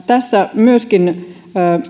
tässä myöskin